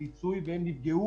קיבוצניקים לא זכאים לדמי אבטלה